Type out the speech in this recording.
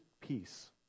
peace